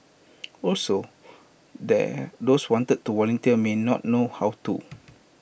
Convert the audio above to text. also those wanting to volunteer may not know how to